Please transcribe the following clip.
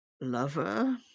lover